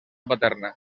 paterna